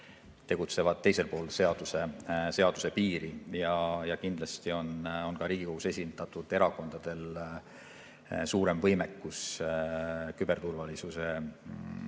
tegutsevad teisel pool seaduse piiri. Kindlasti on Riigikogus esindatud erakondadel ka suurem võime küberturvalisusriske